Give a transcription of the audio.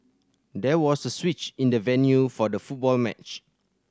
there was a switch in the venue for the football match